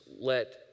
let